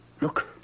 Look